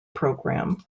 program